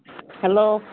hello